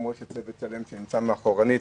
בצורה שחלילה יכולה להיראות כגזענית,